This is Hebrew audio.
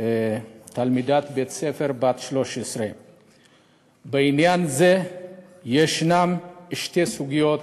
בית-ספר בת 13. בעניין זה יש שתי סוגיות